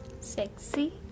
sexy